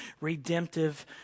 redemptive